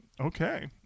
Okay